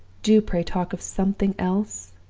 do pray talk of something else